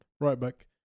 right-back